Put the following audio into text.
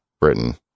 Britain